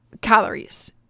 calories